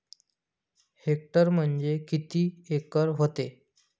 Hectare म्हणजे किती acre व्हते?